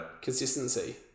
consistency